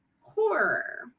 horror